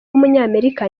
w’umunyamerika